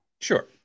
Sure